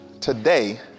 today